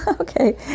Okay